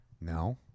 No